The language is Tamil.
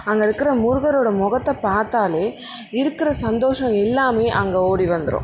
அங்கே இருக்கிற முருகரோட முகத்தை பார்த்தாலே இருக்கிற சந்தோஷம் எல்லாமே அங்கே ஓடி வந்துரும்